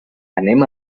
anem